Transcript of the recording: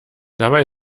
dabei